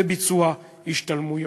וביצוע השתלמויות.